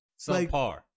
subpar